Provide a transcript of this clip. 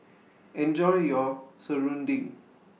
Enjoy your Serunding